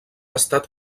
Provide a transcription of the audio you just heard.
estat